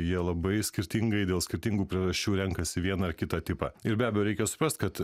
jie labai skirtingai dėl skirtingų priežasčių renkasi vieną ar kitą tipą ir be abejo reikia suprast kad